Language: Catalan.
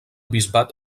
bisbat